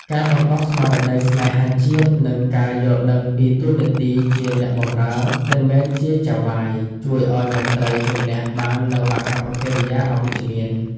ការបណ្តុះស្មារតីស្នេហាជាតិ និងការយល់ដឹងពីតួនាទីជា "អ្នកបម្រើ" មិនមែនជា "ចៅហ្វាយ" ជួយឱ្យមន្ត្រីជំនះបាននូវអាកប្បកិរិយាអវិជ្ជមាន។